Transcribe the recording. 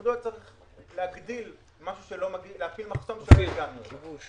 למה להגדיל מחסום שלא הגענו אליו?